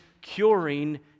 curing